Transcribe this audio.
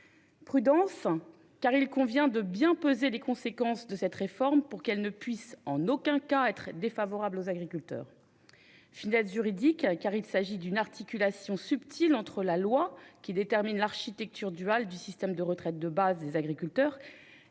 Prudence, car il convient de bien peser les conséquences de cette réforme pour qu'elle ne puisse en aucun cas se révéler défavorable aux agriculteurs. Finesse juridique, car il s'agit d'une articulation subtile entre la loi, qui détermine l'architecture duale du système de retraite de base des agriculteurs,